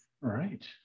right